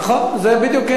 נכון, זה בדיוק.